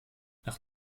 nach